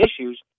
issues